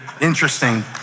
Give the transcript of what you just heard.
interesting